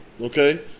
okay